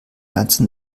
ganze